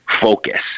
focus